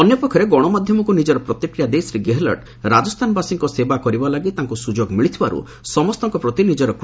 ଅନ୍ୟପକ୍ଷରେ ଗଣମାଧ୍ୟମକୁ ନିଜର ପ୍ରତିକ୍ରିୟା ଦେଇ ଶ୍ରୀ ଗେହେଲ୍ଟ ରାଜସ୍ଥାନ ବାସୀଙ୍କ ସେବା କରିବା ଲାଗି ତାଙ୍କୁ ସୁଯୋଗ ମିଳିଥିବାରୁ ସମସ୍ତଙ୍କ ପ୍ରତି ନିଜର କୃତଜ୍ଞତା ଜଣାଇଛନ୍ତି